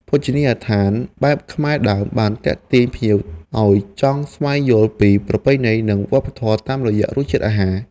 ភោជនីយដ្ឋានបែបខ្មែរដើមបានទាក់ទាញភ្ញៀវឱ្យចង់ស្វែងយល់ពីប្រពៃណី និងវប្បធម៌តាមរយៈរសជាតិអាហារ។